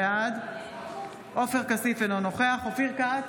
בעד עופר כסיף, אינו נוכח אופיר כץ,